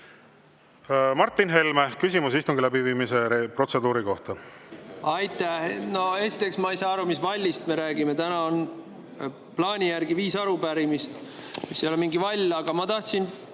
Martin Helme, küsimus istungi läbiviimise protseduuri kohta. Aitäh! Esiteks, ma ei saa aru, mis vallist me räägime. Täna on plaani järgi viis arupärimist, mis ei ole mingi vall. Aga ma tahtsin